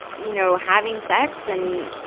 you know, having sex and,